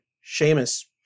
Sheamus